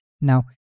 now